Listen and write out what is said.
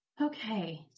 okay